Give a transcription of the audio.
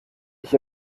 ich